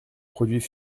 produits